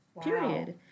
period